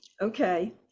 okay